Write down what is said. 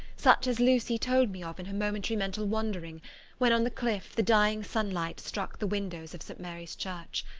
such as lucy told me of in her momentary mental wandering when, on the cliff, the dying sunlight struck the windows of st. mary's church.